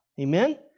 Amen